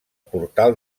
portal